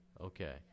Okay